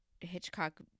Hitchcock